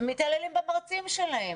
מתעללים במרצים שלהם?